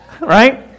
Right